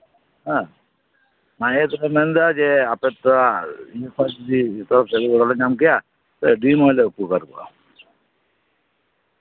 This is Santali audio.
ᱦᱮᱸ ᱚᱱᱟ ᱤᱭᱟᱹ ᱛᱮᱞᱮ ᱢᱮᱱ ᱮᱫᱟ ᱡᱮ ᱟᱯᱮᱫᱚ ᱯᱷᱟᱥ ᱨᱮᱜᱮ ᱡᱚᱛᱚ ᱦᱚᱲ ᱜᱚᱲᱚ ᱞᱮ ᱧᱟᱢ ᱠᱮᱭᱟ ᱟᱹᱰᱤ ᱢᱚᱸᱡᱽ ᱞᱮ ᱩᱯᱚᱠᱟᱨ ᱠᱚᱜᱼᱟ